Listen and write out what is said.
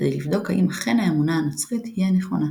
כדי לבדוק האם אכן האמונה הנוצרית היא הנכונה.